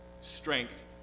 strength